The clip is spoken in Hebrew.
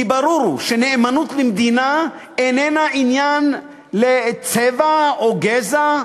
כי ברור שנאמנות למדינה איננה עניין של צבע או גזע.